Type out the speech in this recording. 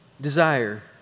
desire